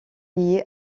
liée